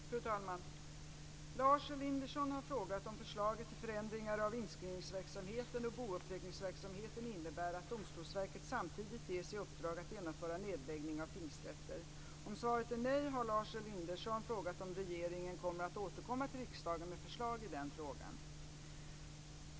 Fru talman! Lars Elinderson har frågat om förslaget till förändringar av inskrivningsverksamheten och bouppteckningsverksamheten innebär att Domstolsverket samtidigt ges i uppdrag att genomföra nedläggning av tingsrätter. Om svaret är nej har Lars Elinderson frågat om regeringen kommer att återkomma till riksdagen med förslag i den frågan.